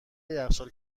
یخچال